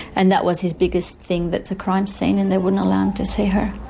and that was his biggest thing, that's a crime scene and they wouldn't allow him to see her.